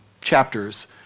chapters